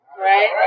Right